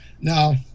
now